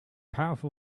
powerful